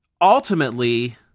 ultimately